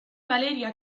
valeria